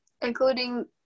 Including